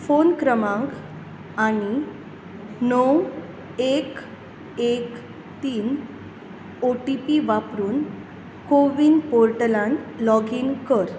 phone क्रमांक आनी णव एक एक तीन ओ टी पी वापरुन कोविन पोर्टलान लॉगीन कर